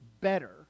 better